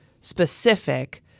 specific